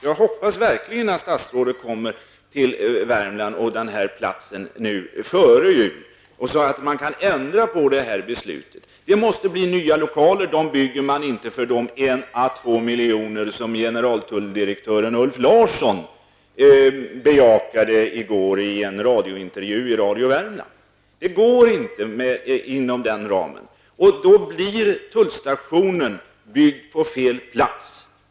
Jag hoppas verkligen att statsrådet kommer till Värmland och denna plats före jul, så att man kan ändra på detta beslut. Det måste bli nya lokaler, och de bygger man inte för de 1 à 2 milj.kr. som generaltulldirektören Ulf Larsson bejakade i går i en radiointervju i Radio Värmland. Det går inte att göra detta inom den ramen, och då blir tullstationen byggd på fel plats.